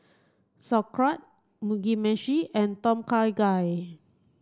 Sauerkraut Mugi meshi and Tom Kha Gai